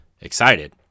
excited